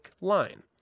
line